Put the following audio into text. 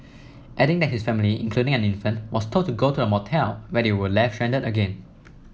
adding that his family including an infant was told to go to a motel where they were left stranded again